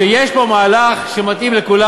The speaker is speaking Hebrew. כשיש פה מהלך שמתאים לכולם.